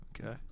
Okay